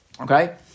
Okay